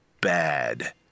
Bad